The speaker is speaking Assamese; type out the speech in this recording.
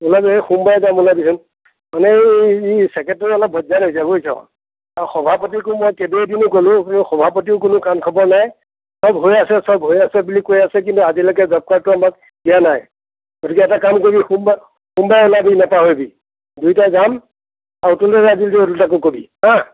ওলাবি এই সোমবাৰে যাম ওলাবিচোন মানে এই ই চেক্ৰেটাৰী অলপ বইজ্জাত হৈছে বুইছ সভাপতিকো মই কেইবাদিনো ক'লো সভাপতিৰো কোনো কান খবৰ নাই চব হৈ আছে চব হৈ আছে বুলি কৈ আছে কিন্তু আজিলৈকে জবকাৰ্ডটো আমাক দিয়া নাই গতিকে এটা কাম কৰিবি সোমবাৰে সোমবাৰে ওলাবি নাপাহৰিবি দুয়োটা যাম আৰু অতুল দা যায় যদি অতুলদাকো কবি হাঁ